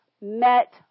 met